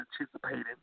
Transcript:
anticipating